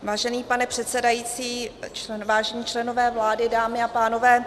Vážený pane předsedající, vážení členové vlády, dámy a pánové.